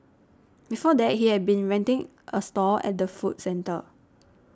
before that he had been renting a stall at the food centre